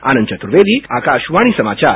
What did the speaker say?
आनंद चतुर्वेदी आकाशवाणी समाचार